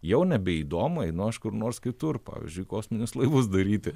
jau nebeįdomu einu aš kur nors kitur pavyzdžiui kosminius laivus daryti